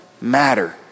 matter